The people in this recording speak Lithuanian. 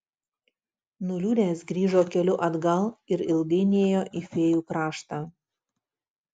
nuliūdęs grįžo keliu atgal ir ilgai nėjo į fėjų kraštą